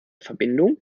verbindung